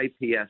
IPS